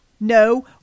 no